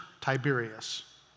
Tiberius